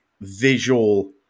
visual